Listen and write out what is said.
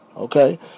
Okay